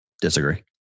Disagree